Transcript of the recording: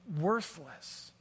worthless